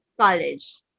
college